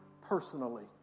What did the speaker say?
personally